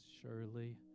Surely